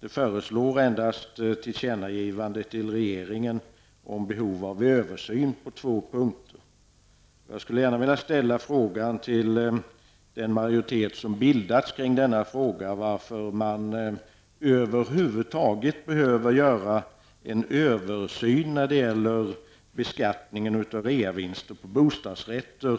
utan endast tillkännagivande till regeringen om behov av översyn på två punkter. Jag skulle vilja ställa frågan till den majoritet som bildats i det avseendet varför man över huvud taget behöver göra en översyn i fråga om beskattningen av reavinster på bostadsrätter.